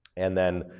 and then,